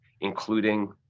including